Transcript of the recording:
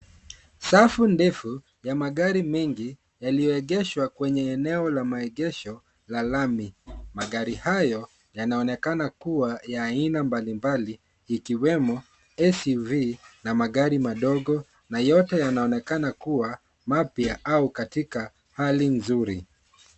Safu ndefu ya magari mengi yalioegeshwa kwenye eneo la maegesho la lami. Magari hayo yanaonekana kuwa ya aina mbali mbali ikiwemo SUV na magari madogo na yote yanaonekana kuwa mapya au katika hali nzuri.